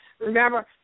Remember